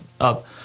up